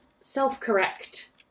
self-correct